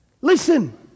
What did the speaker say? listen